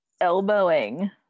elbowing